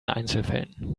einzelfällen